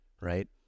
right